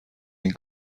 این